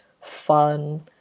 fun